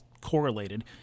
correlated